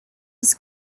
his